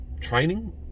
training